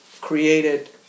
created